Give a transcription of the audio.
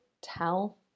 tell